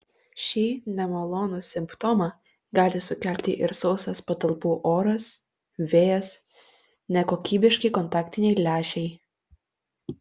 šį nemalonų simptomą gali sukelti ir sausas patalpų oras vėjas nekokybiški kontaktiniai lęšiai